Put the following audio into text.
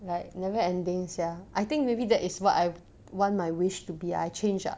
like never ending sia I think maybe that is what I want my wish to be I change ah